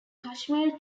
kashmir